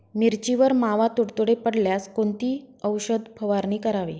मिरचीवर मावा, तुडतुडे पडल्यास कोणती औषध फवारणी करावी?